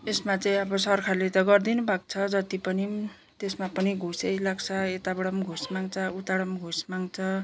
यसमा चाहिँ अब सरकारले त गरिदिनु भएको छ जति पनि त्यसमा पनि घुसै लाग्छ यताबाट पनि घुस माग्छ उताबाट पनि घुस माग्छ